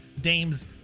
Dame's